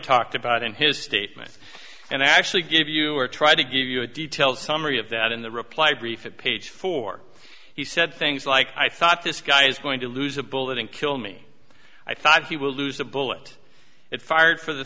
talked about in his statement and i actually gave you or tried to give you a detailed summary of that in the reply brief at page four he said things like i thought this guy is going to lose a bullet and kill me i thought he will lose the bullet it fired for the